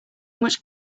much